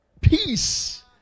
peace